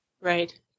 Right